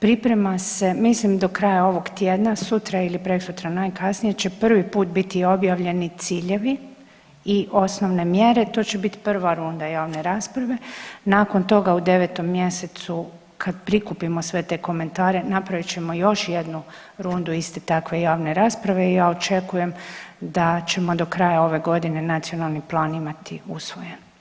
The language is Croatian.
Priprema se, mislim do kraja ovog tjedna, sutra ili prekosutra najkasnije će prvi put biti objavljeni ciljevi i osnovne mjere, to će biti prva runda javne rasprave, nakon toga u 9. mjesecu kad prikupimo sve te komentare napravit ćemo još jednu rundu iste takve javne rasprave i ja očekujem da ćemo do kraja ove godine nacionalni plan imati usvojen.